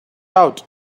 out